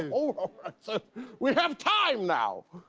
and ah we have time now!